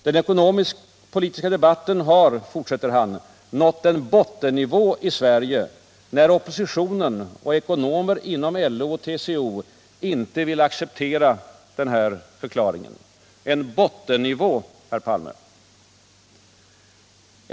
Den ekonomisk-politiska debatten har, fortsätter han, ”nått en bottennivå i Sverige”, när oppositionen och ekonomer inom LO och TCO inte vill acceptera denna förklaring. En bottennivå, herr Palme!